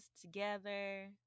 together